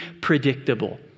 predictable